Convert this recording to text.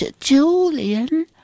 Julian